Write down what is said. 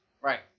Right